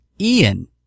Ian